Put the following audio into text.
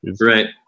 right